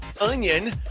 Onion